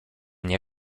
nie